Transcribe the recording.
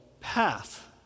path